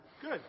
Good